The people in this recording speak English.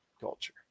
culture